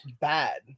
bad